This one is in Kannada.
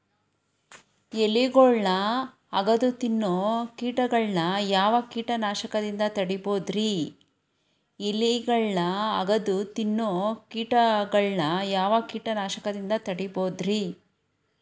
ಎಲಿಗೊಳ್ನ ಅಗದು ತಿನ್ನೋ ಕೇಟಗೊಳ್ನ ಯಾವ ಕೇಟನಾಶಕದಿಂದ ತಡಿಬೋದ್ ರಿ?